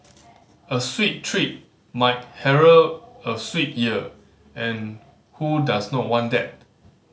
a sweet treat might herald a sweet year and who does not want that